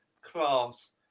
class